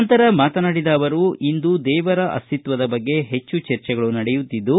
ನಂತರಮಾತನಾಡಿದ ಅವರು ಇಂದು ದೇವರ ಅಸ್ತಿತ್ವದ ಬಗ್ಗೆ ಹೆಚ್ಚು ಚರ್ಚೆಗಳು ನಡೆಯುತ್ತಿದ್ದು